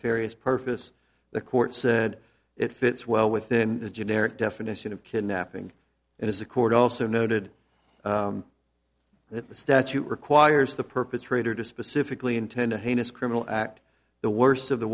nefarious purpose the court said it fits well within the generic definition of kidnapping and is a court also noted that the statute requires the perpetrator to specifically intend to heinous criminal act the worst of the